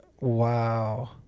Wow